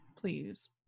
Please